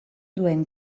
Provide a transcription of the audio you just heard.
duen